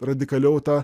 radikaliau tą